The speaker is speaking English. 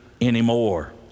anymore